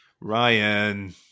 Ryan